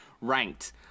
ranked